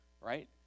right